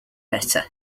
better